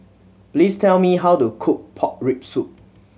please tell me how to cook pork rib soup